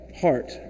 heart